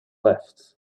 left